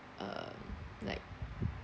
uh like